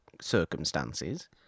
circumstances